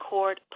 Court